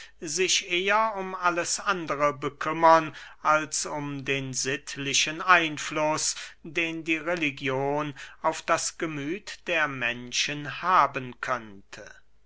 sich eher um alles andere bekümmern als um den sittlichen einfluß den die religion auf das gemüth der menschen haben könnte